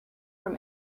from